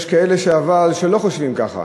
אבל יש כאלה שלא חושבים ככה.